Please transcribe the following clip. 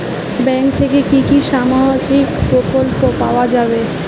Bank থেকে কি কি সামাজিক প্রকল্প পাওয়া যাবে?